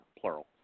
plural